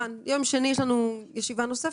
ביום שני יש לנו ישיבה נוספת.